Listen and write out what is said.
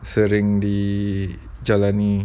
sering dijalani